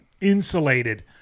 insulated